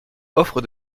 offre